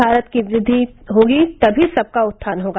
भारत की वृद्वि होगी तभी सबका उत्थान होगा